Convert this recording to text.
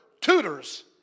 tutors